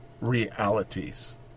realities